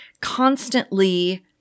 constantly